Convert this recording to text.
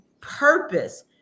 purpose